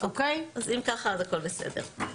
אם ככה אז הכול בסדר.